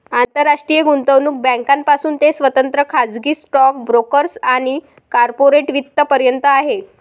आंतरराष्ट्रीय गुंतवणूक बँकांपासून ते स्वतंत्र खाजगी स्टॉक ब्रोकर्स आणि कॉर्पोरेट वित्त पर्यंत आहे